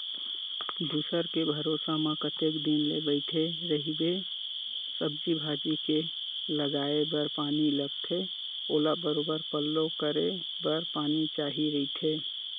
दूसर के भरोसा म कतेक दिन ले बइठे रहिबे, सब्जी भाजी के लगाये बर पानी लगथे ओला बरोबर पल्लो करे बर पानी चाही रहिथे